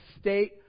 state